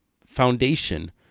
foundation